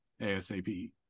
ASAP